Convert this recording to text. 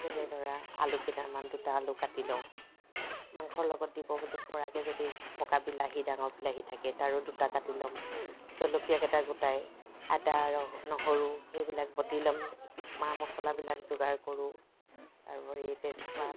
যেনে ধৰা আলু কেইটামান দুটা আলু কাটি লওঁ মাংস লগত দিব পৰাকৈ যদি পকা বিলাহী ডাঙৰ বিলাহী থাকে তাৰো দুটা কাটি লওঁ জলকীয়া দুটা গোটাই আদা নহৰু এইবিলাক বতি ল'ম মা মছলাবিলাক যোগাৰ কৰোঁ আৰু এই তেজপাত